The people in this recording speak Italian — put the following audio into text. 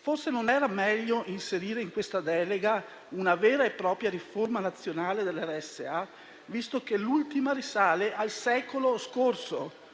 Forse non era meglio inserire in questa delega una vera e propria riforma nazionale delle RSA, visto che l'ultima risale al secolo scorso